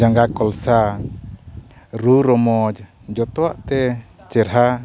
ᱡᱟᱸᱜᱟ ᱠᱚᱞᱥᱟ ᱨᱩ ᱨᱚᱢᱚᱡᱽ ᱡᱚᱛᱚᱣᱟᱜᱛᱮ ᱪᱮᱨᱦᱟ